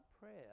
prayer